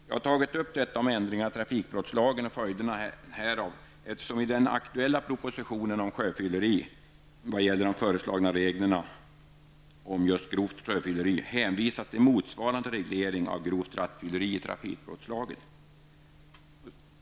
Jag har tagit upp ändringarna i trafikbrottslagen och följderna härav, eftersom det i den aktuella propositionen om sjöfylleri när det gäller de föreslagna reglerna om grovt sjöfylleri hänvisas till motsvarande reglering av grovt rattfylleri i trafikbrottslagen.